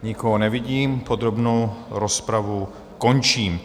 Nikoho nevidím, podrobnou rozpravu končím.